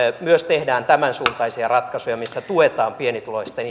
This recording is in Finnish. myös tehdään tämänsuuntaisia ratkaisuja missä tuetaan pienituloisten